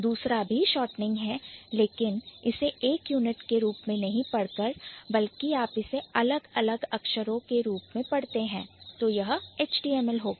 दूसरा भी shortening है लेकिन आप इसे एक यूनिट के रूप में नहीं पढ़ रहे हैं बल्कि आप इसे अलग अलग अक्षरों के रूप में पढ़ रहे हैं तो यह HTML होगा